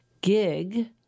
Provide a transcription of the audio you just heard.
gig